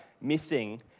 missing